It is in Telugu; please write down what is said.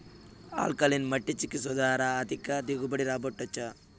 ఆల్కలీన్ మట్టి చికిత్స ద్వారా అధిక దిగుబడి రాబట్టొచ్చా